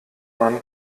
man